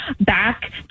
back